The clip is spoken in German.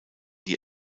die